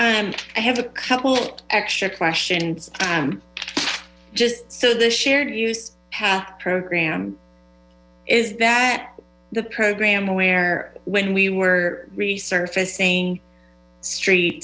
a couple extra questions just so the shared use path program is that the program where when we were resurfacing street